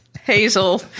Hazel